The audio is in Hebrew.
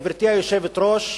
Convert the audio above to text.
גברתי היושבת-ראש,